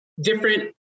different